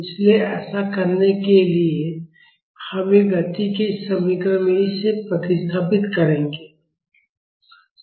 इसलिए ऐसा करने के लिए हम गति के इस समीकरण में इसे प्रतिस्थापित करेंगे